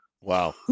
Wow